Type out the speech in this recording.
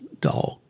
dog